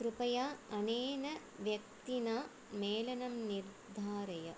कृपया अनेन व्यक्तिना मेलनं निर्धारय